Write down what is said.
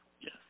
Yes